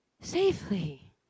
safely